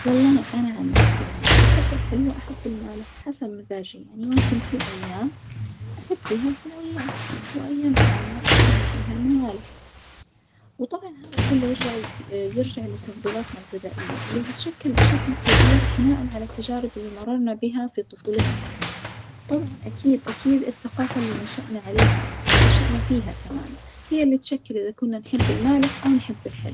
والله أنا عن نفسي يعني أحب الحلو وأحب المالح حسب مزاجي، يعني ممكن في أيام أحب فيها الحلويات وأيام ثانية أشتهي فيها الموالح، وطبعًا هذا كله يرجع يرجع لتفظيلاتنا الغذائية اللي تتشكل بشكل كبير بناء على التجارب اللي مررنا بيها في طفولتنا وطبعُا أكيد أكيد الثقافة اللي نشأنا عليها أو نشأنا فيها كمان هي اللي تشكل إذا كنا نحب المالح أو نحب الحلو.